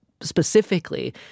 specifically